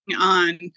on